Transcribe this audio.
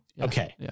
okay